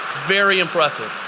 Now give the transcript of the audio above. very impressive.